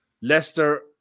Leicester